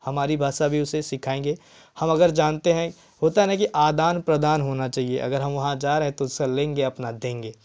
हमारी भाषा भी उसे सिखाएँगे हम अगर जानते हैं होता है ना कि आदान प्रदान होना चाहिए अगर हम वहाँ जा रहे तो उसका लेंगे अपना देंगे